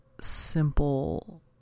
simple